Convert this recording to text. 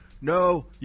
no